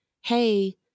hey